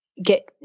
get